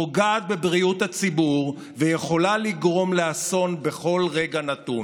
פוגעת בבריאות הציבור ויכולה לגרום לאסון בכל רגע נתון.